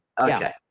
Okay